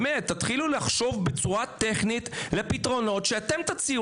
תתחילו לחשוב בצורה טכנית על פתרונות שתציעו